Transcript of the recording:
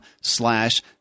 slash